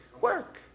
Work